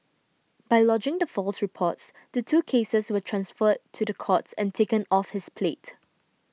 by lodging the false reports the two cases were transferred to the courts and taken off his plate